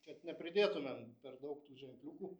kiek nepridėtumėm per daug tų ženkliukų